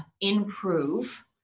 improve